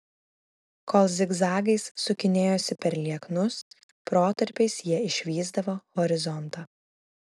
kol zigzagais sukinėjosi per lieknus protarpiais jie išvysdavo horizontą